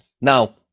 Now